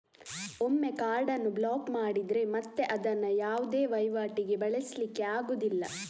ಒಮ್ಮೆ ಕಾರ್ಡ್ ಅನ್ನು ಬ್ಲಾಕ್ ಮಾಡಿದ್ರೆ ಮತ್ತೆ ಅದನ್ನ ಯಾವುದೇ ವೈವಾಟಿಗೆ ಬಳಸ್ಲಿಕ್ಕೆ ಆಗುದಿಲ್ಲ